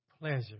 pleasure